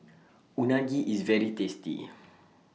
Unagi IS very tasty